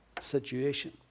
situation